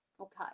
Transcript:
okay